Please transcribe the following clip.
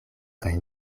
kaj